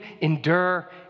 endure